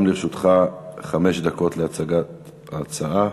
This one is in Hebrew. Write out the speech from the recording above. גם לרשותך חמש דקות להצגת ההצעה.